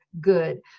Good